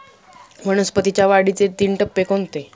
वनस्पतींच्या वाढीचे तीन टप्पे कोणते?